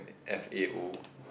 ~F_A_O